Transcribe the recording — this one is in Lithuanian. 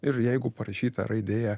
ir jeigu parašyta raidė